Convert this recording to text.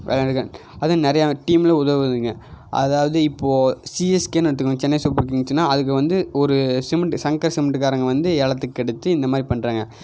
விளையாண்டு இருக்காங்க அதுவும் நிறையா டீமில் உதவுதுங்க அதாவது இப்போது சிஎஸ்கேனு எடுத்துக்கோங்க சென்னை சூப்பர் கிங்ஸுனால் அதுக்கு வந்து ஒரு சிமெண்ட்டு சங்கர் சிமெண்ட்டுகாரங்க வந்து ஏலத்துக்கு எடுத்து இந்தமாதிரி பண்ணுறாங்க